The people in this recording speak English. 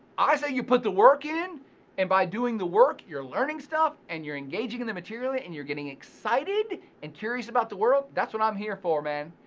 i say, you put the work in and by doing the work you're learning stuff and you're engaging in the material yeah and you're getting excited and curious about the world. that's what i'm here for, man.